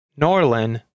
Norlin